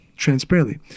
transparently